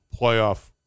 playoff